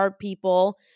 people